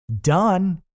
done